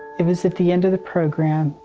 it was at the end of the program,